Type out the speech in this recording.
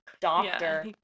doctor